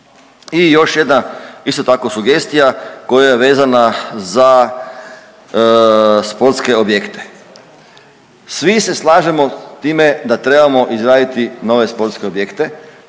I još jedna isto tako sugestija koja je vezana za sportske objekte. Svi se slažemo time da trebamo izraditi nove sportske objekte,